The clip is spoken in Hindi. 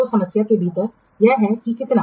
तो समस्या के भीतर यह है कि कितना